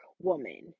woman